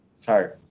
Sorry